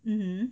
mmhmm